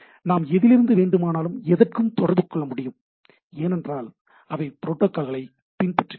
நாம் எதிலிருந்து வேண்டுமானாலும் எதற்கும் தொடர்பு கொள்ள முடியும் ஏனென்றால் அவை ப்ரோட்டோகால்களை பின்பற்றுகின்றன